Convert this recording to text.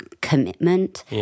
commitment